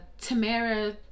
Tamara